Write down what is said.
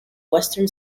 western